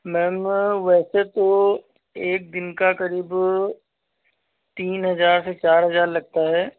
ma'am वैसे तो एक दिन का करीब तीन हज़ार से चार हजार लगता है